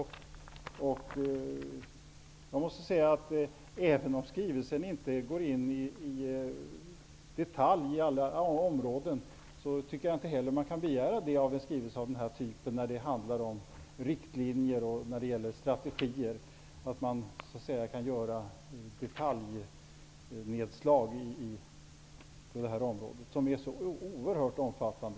Skrivelsen går kanske inte in i detalj på alla områden. Det tycker jag inte heller att man kan begära av en skrivelse av denna typ, som handlar om riktlinjer och strategier. Miljöområdet är ju oerhört omfattande.